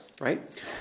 right